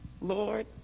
Lord